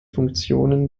funktionen